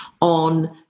on